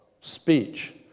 speech